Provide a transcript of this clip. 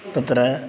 तत्र